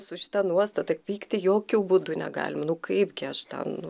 su šita nuostata pykti jokiu būdu negalima nu kaipgi aš ten